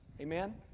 Amen